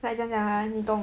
大家